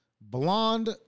Blonde